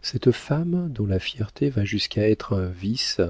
cette femme dont la fierté va jusqu'à être un vice